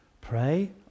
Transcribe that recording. pray